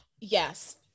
Yes